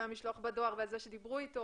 המשלוח בדואר וזה שדיברו אתו